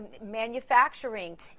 manufacturing